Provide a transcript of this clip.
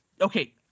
okay